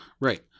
Right